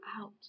out